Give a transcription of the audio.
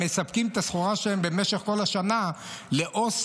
מספקים את הסחורה שלהם במשך כל השנה לאסם,